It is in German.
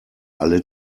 alle